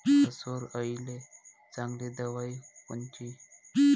अस्वल अळीले चांगली दवाई कोनची?